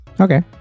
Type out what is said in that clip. okay